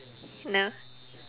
no